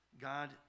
God